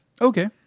Okay